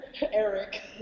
Eric